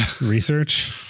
research